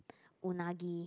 unagi